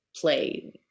play